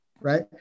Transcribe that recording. right